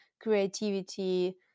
creativity